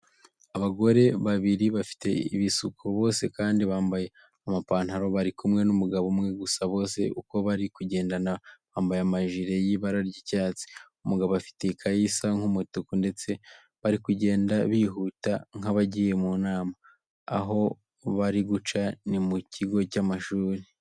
Abagore babiri bafite ibisuko bose kandi bambaye amapantaro, bari kumwe n'umugabo umwe, gusa bose uko bari kugendana bambaye amajire y'ibara ry'icyatsi. Umugabo afite ikayi isa nk'umutuku ndetse bari kugenda bihuta nk'abagiye mu nama. Aho bari guca ni mu kigo cy'amashuri.